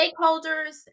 stakeholders